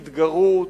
התגרות,